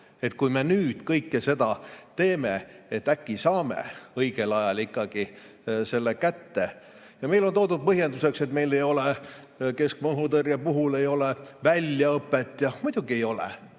et kui me nüüd kõike seda teeme, siis äkki saame õigel ajal selle kätte. Meile on toodud põhjenduseks, et meil ei ole keskmaa‑õhutõrje puhul väljaõpet. Muidugi ei ole,